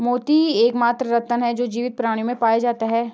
मोती ही एकमात्र रत्न है जो जीवित प्राणियों में पाए जाते है